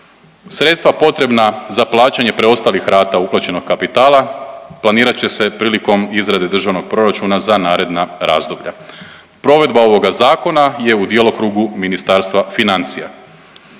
Sredstva potrebna za plaćanje preostalih rata uplaćenog kapitala planirat će se prilikom izrade državnog proračuna za naredna razdoblja. Provedba ovoga zakona je u djelokrugu Ministarstvo financija.